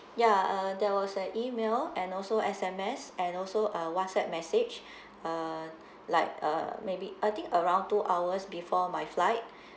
ya uh there was an email and also S_M_S and also a WhatsApp message uh like uh maybe I think around two hours before my flight